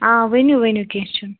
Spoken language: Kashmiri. آ ؤنِو ؤنِو کیٚنٛہہ چھُ نہٕ